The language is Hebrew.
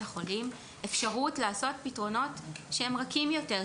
החולים אפשרות לעשות פתרונות שהם רכים יותר,